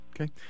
Okay